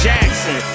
Jackson